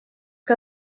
que